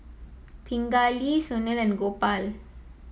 Pingali Sunil and Gopal